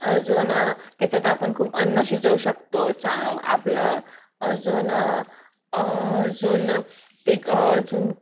अजून त्याच्यात आपण खूप अन्न शिजवू शकतो चा आपलं अजून अजून ते अजून